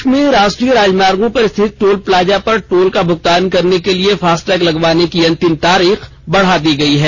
देश में राष्ट्रीय राजमार्गों पर स्थित टोल प्लाजा पर टोल का भुगतान करने के लिए फास्टैग लगवाने की अंतिम तारीख बढ़ा दी गई है